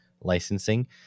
licensing